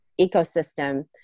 ecosystem